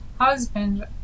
husband